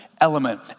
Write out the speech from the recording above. element